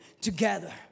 together